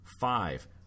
five